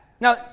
Now